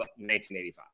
1985